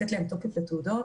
כדי לתת תוקף לתעודות,